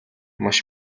маш